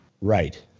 Right